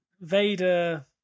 Vader